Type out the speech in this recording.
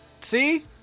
see